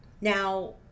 Now